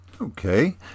Okay